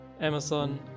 amazon